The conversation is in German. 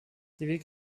die